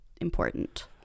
important